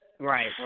Right